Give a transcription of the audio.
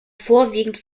vorwiegend